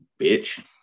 bitch